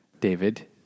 David